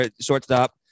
shortstop